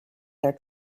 their